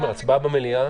סיימנו להקריא,